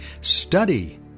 study